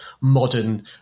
modern